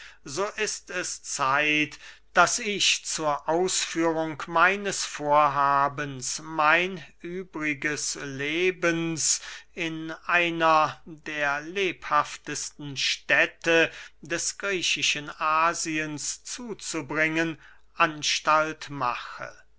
so ist es zeit daß ich zur ausführung meines vorhabens mein übriges leben in einer der lebhaftesten städte des griechischen asiens zuzubringen anstalt mache